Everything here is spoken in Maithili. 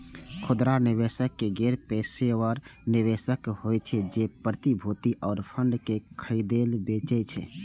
खुदरा निवेशक गैर पेशेवर निवेशक होइ छै, जे प्रतिभूति आ फंड कें खरीदै बेचै छै